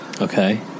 Okay